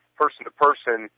person-to-person